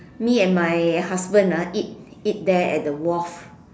me and my husband ah eat eat there at the wharf